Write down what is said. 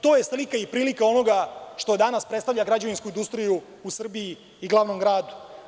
To je slika i prilika onoga što danas predstavlja građevinsku industriju u Srbiji i glavnom gradu.